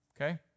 Okay